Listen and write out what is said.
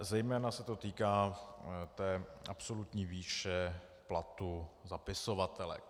Zejména se to týká absolutní výše platů zapisovatelek.